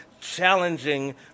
challenging